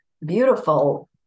beautiful